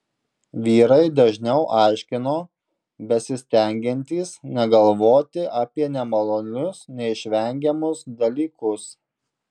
vyrai dažniau aiškino besistengiantys negalvoti apie nemalonius neišvengiamus dalykus